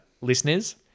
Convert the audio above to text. listeners